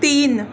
तीन